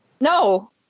no